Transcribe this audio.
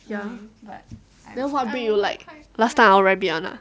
ya but then what breed you like last time our rabbit one ah